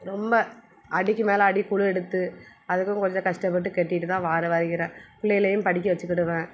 ரொம்ப அடிக்கு மேலே அடி குழு எடுத்து அதுக்கும் கொஞ்சம் கஷ்டப்பட்டு கட்டிகிட்டு தான் வார வருகிறேன் பிள்ளைளையும் படிக்க வச்சிக்கிடுவேன்